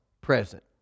present